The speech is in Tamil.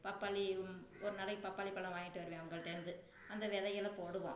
பப்பாளியும் ஒரு நாளைக்கி பப்பாளிப் பழம் வாங்கிகிட்டு வருவேன் அவங்கள்ட்ட இருந்து அந்த விதைகளப் போடுவோம்